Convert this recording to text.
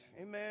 Amen